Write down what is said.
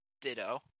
ditto